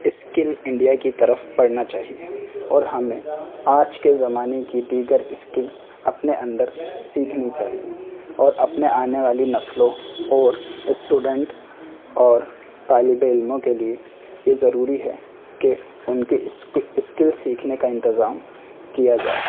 skill India کی طرف بڑھنا چاہیے اور ہمیں آج کے زمانے کی دیگر اسکل اپنے اندر سیکھنی چاہیے اور اپنے آنے والی نسلوں اور اسٹوڈینٹ اور طالب علموں کے لیے یہ ضروری ہے کہ ان کے اسکل سیکھنے کا انتظام کیا جائے